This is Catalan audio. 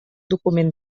document